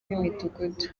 b’imidugudu